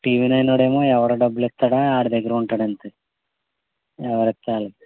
టీవీనైనోడేమో ఎవరు డబ్బులిస్తాడో వాడి దగ్గర అక్కడ ఉంటాడంతే ఎవరిస్తే వాళ్ళు